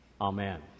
Amen